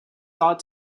thought